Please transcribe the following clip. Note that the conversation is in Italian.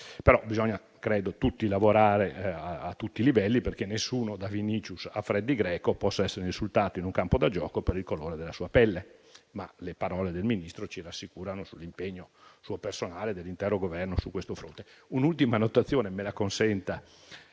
Bisogna lavorare a tutti i livelli affinché nessuno, da Vinícius a Freddi Greco, possa essere insultato in un campo da gioco per il colore della pelle. Ma le parole del Ministro ci rassicurano sull'impegno suo personale e dell'intero Governo su questo fronte. Mi consenta